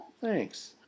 Thanks